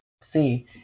see